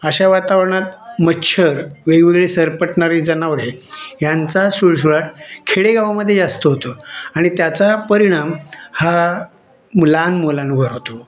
अशा वातावरणात मच्छर वेगवेगळे सरपटणारे जनावरे यांचा सुळसुळाट खेडेगावामध्ये जास्त होतो आणि त्याचा परिणाम हा मुलां मुलांवर होतो